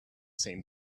same